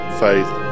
faith